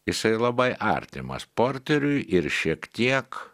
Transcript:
jisai labai artimas porteriui ir šiek tiek